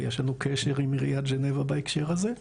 ויש לנו קשר עם עיריית ז'נבה בהקשר הזה.